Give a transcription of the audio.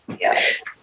Yes